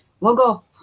logo